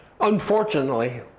unfortunately